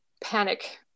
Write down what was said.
panic